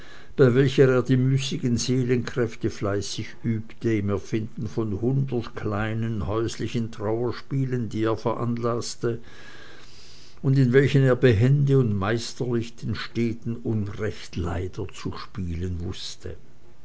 bei welcher er die müßigen seelenkräfte fleißig übte im erfinden von hundert kleinen häuslichen trauerspielen die er veranlaßte und in welchen er behende und meisterlich den steten unrechtleider zu spielen wußte